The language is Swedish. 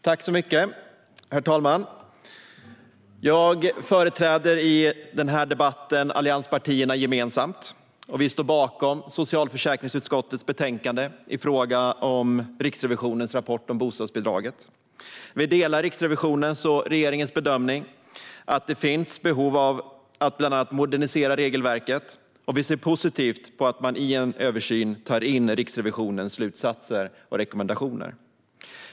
Herr talman! Jag företräder i denna debatt allianspartierna gemensamt. Vi står bakom socialförsäkringsutskottets förslag i betänkandet om Riksrevisionens rapport om bostadsbidraget. Vi delar Riksrevisionens och regeringens bedömning att det finns behov av att bland annat modernisera regelverket. Och vi ser positivt på att man i en översyn tar in Riksrevisionens slutsatser och rekommendationer.